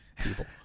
people